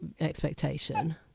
expectation